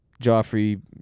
Joffrey